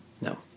No